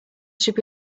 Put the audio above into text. should